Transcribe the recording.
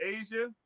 asia